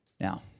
Now